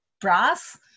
brass